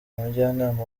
umujyanama